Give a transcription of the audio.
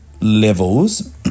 levels